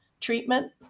treatment